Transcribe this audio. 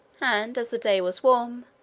and, as the day was warm,